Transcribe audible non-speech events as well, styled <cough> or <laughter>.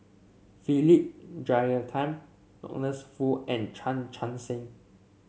Philip Jeyaretnam <unintelligible> Foo and Chan Chun Sing